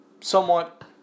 somewhat